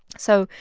so,